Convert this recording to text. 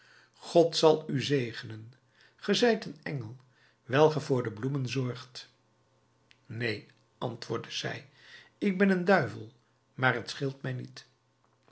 god zal u zegenen ge zijt een engel wijl ge voor de bloemen zorgt neen antwoordde zij ik ben een duivel maar t scheelt mij niet